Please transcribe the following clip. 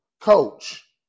coach